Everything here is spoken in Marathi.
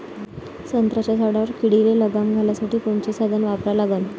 संत्र्याच्या झाडावर किडीले लगाम घालासाठी कोनचे साधनं वापरा लागन?